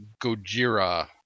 Gojira